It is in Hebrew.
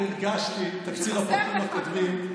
תקציר הפרקים הקודמים,